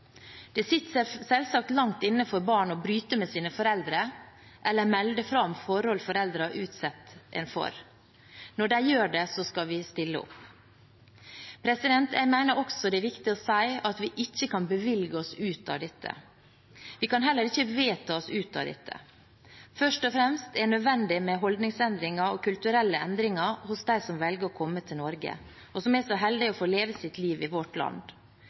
Det sitter selvsagt langt inne for barn å bryte med sine foreldre eller å melde fra om forhold foreldrene utsetter dem for. Når de gjør det, skal vi stille opp. Jeg mener også det er viktig å si at vi ikke kan bevilge oss ut av dette. Vi kan heller ikke vedta oss ut av det. Det er først og fremst nødvendig med holdningsendringer og kulturelle endringer hos dem som velger å komme til Norge, og som er så heldig å få leve sitt liv i vårt land.